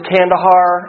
Kandahar